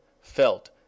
felt